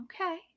okay